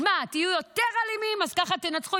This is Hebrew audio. אז מה, תהיו יותר אלימים, ככה תנצחו?